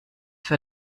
für